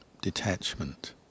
detachment